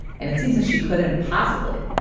and it seems that she couldn't possibly.